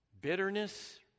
bitterness